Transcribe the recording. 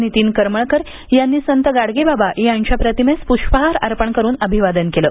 नीतीन करमळकर यांनी संत गाडगेबाबा यांच्या प्रतिमेस पुष्पहार अर्पण करून अभिवादन केलं